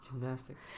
gymnastics